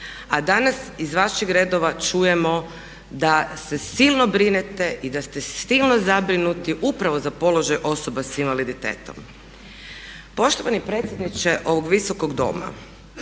a danas iz vaših redova čujemo da se silno brinete i da ste silno zabrinuti upravo za položaj osoba s invaliditetom. Poštovani predsjedniče ovog Visokog Doma,